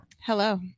Hello